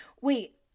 Wait